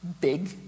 big